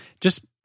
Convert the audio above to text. just-